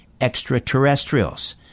extraterrestrials